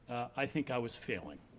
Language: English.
i think i was failing.